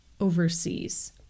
overseas